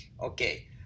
okay